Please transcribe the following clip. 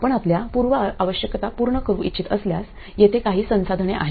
आपण आपल्या पूर्व आवश्यकता पूर्ण करू इच्छित असल्यास येथे काही संसाधने आहेत